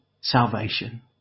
salvation